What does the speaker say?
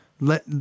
let